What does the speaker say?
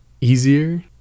easier